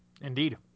Indeed